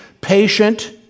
patient